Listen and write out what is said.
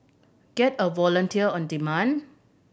get a volunteer on demand